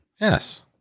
Yes